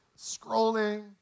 scrolling